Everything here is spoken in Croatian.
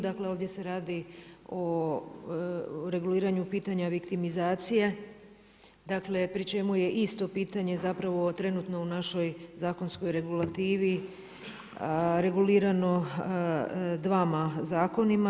Dakle ovdje se radi na reguliranju pitanja viktimizacije, dakle pri čemu je isto pitanje zapravo trenutno u našoj zakonskoj regulativi regulirano dvama zakonima.